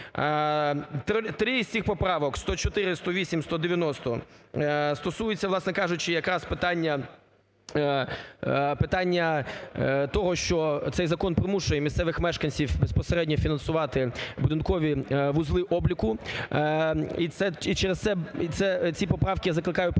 Три з цих поправок – 104, 108, 190 – стосуються, власне кажучи, якраз питання, питання того, що цей закон примушує місцевих мешканців безпосередньо фінансувати будинкові вузли обліку. І через це ці поправки я закликаю прийняти,